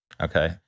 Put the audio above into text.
Okay